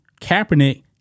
Kaepernick